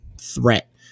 threat